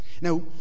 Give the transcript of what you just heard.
Now